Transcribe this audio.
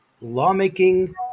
lawmaking